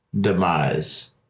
demise